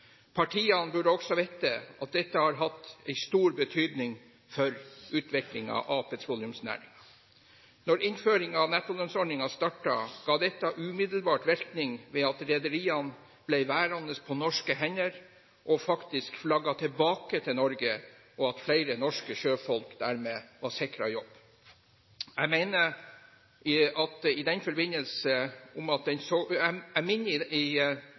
Partiene burde også vite at dette har hatt stor betydning for utviklingen av petroleumsnæringen. Da innføringen av nettolønnsordningen startet, ga dette umiddelbar virkning ved at rederiene ble værende på norske hender og faktisk flagget tilbake til Norge, og at flere norske sjøfolk dermed var sikret jobb. Jeg minner i den forbindelse om at den såkalte kompetansemodellen også er